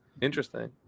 Interesting